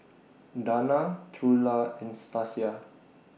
Dana Trula and Stasia